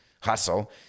Hustle